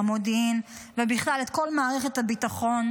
המודיעין ובכלל את כל מערכת הביטחון,